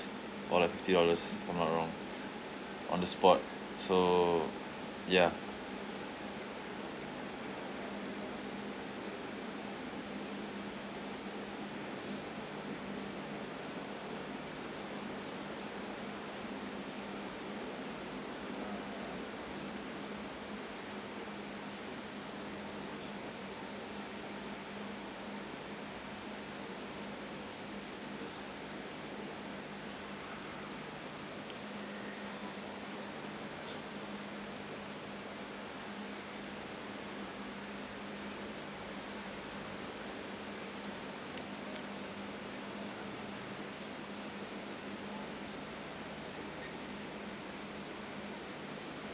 or like fifty dollars if I'm not wrong on the spot so ya